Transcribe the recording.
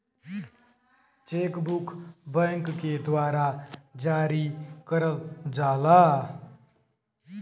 check book bank के द्वारा जारी करल जाला